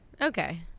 okay